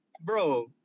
Bro